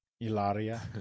Ilaria